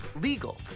legal